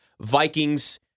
Vikings